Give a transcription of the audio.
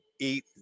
eat